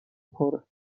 پره